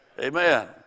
Amen